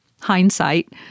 hindsight